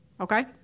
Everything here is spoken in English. Okay